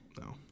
No